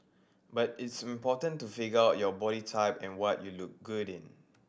but it's important to figure out your body type and what you look good in